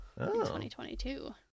2022